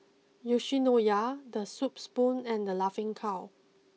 Yoshinoya the Soup Spoon and the Laughing Cow